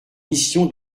mission